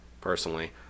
personally